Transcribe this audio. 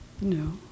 No